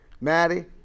Maddie